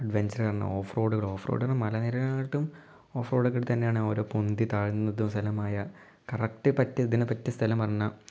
അഡ്വെഞ്ചറുകളും off റോഡുകളും off റോഡിന്ന് മലനിരയിലോട്ടും ഓഫ് റോഡിൽ കൂടി തന്നെയാണ് പൊന്തി താഴ്ന്നത് സ്ഥലമായ കറക്റ്റ് പറ്റിയ ഇതിന് പറ്റിയ സ്ഥലം പറഞ്ഞാൽ